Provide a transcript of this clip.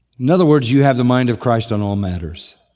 in other words, you have the mind of christ on all matters.